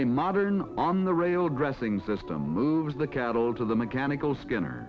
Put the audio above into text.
a modern on the rail dressing system moves the cattle to the mechanical scanner